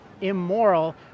immoral